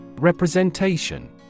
Representation